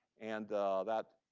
and that